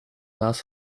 naast